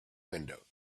window